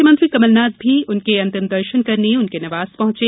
मुख्यमंत्री कमलनाथ भी उनके अंतिम दर्शन करने उनके निवास पहुंचे